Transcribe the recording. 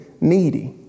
needy